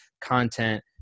content